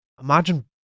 imagine